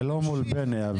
זה לא מול בני הוויכוח.